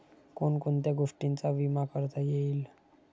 कोण कोणत्या गोष्टींचा विमा करता येईल?